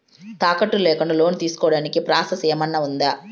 తాకట్టు లేకుండా లోను తీసుకోడానికి ప్రాసెస్ ఏమన్నా ఉందా?